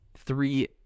three